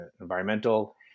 environmental